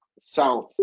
south